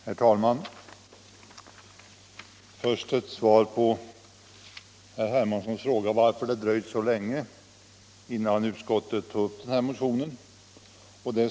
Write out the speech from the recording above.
Herr talman! Först ett svar på herr Hermanssons fråga varför det dröjde så länge innan utskottet tog upp den här motionen.